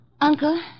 Uncle